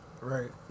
right